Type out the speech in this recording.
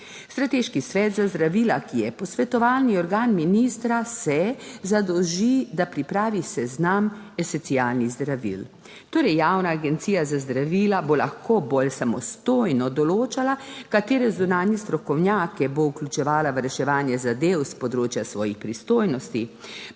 Strateški svet za zdravila, ki je posvetovalni organ ministra, se zadolži, da pripravi seznam esencialnih zdravil. Torej, Javna agencija za zdravila bo lahko bolj samostojno določala, katere zunanje strokovnjake bo vključevala v reševanje zadev s področja svojih pristojnosti.